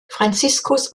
franziskus